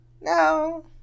no